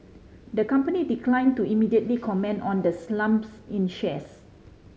the company declined to immediately comment on the slumps in shares